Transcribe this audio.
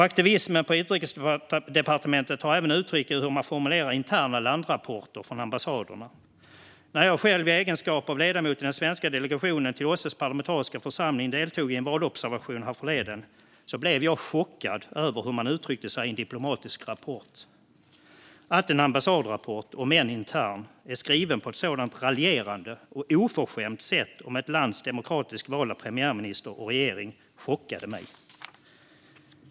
Aktivismen på Utrikesdepartementet tar sig även uttryck i hur man formulerar interna landrapporter från ambassaderna. När jag själv i egenskap av ledamot i den svenska delegationen till OSSE:s parlamentariska församling deltog i en valobservation härförleden blev jag chockad över hur man utryckte sig i en diplomatisk rapport. Att en ambassadrapport, om än intern, är skriven på ett sådant raljerande och oförskämt sätt om ett lands demokratiskt valda premiärminister och regering chockade mig.